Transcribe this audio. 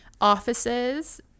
offices